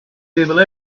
able